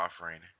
offering